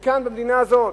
וכאן, במדינה הזאת,